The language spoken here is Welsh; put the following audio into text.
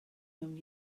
mewn